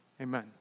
Amen